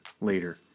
later